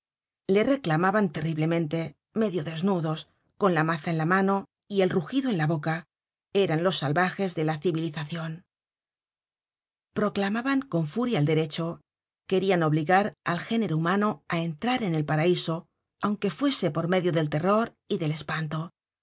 le reclamaban terriblemente medio desnudos con la maza en la mano y el rugido en la boca eran los salvajes de la civilizacion content from google book search generated at proclamaban con furia el derecho querian obligar al género humano á entrar en el paraiso aunque fuese por medio del terror y del espanto